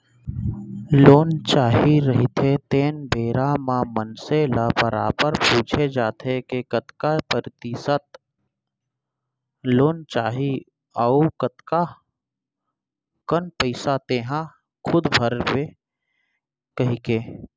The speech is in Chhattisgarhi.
लोन चाही रहिथे तेन बेरा म मनसे ल बरोबर पूछे जाथे के कतका परतिसत लोन चाही अउ कतका कन पइसा तेंहा खूद भरबे कहिके